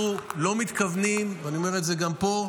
אנחנו לא מתכוונים, ואני אומר את זה גם פה,